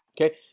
Okay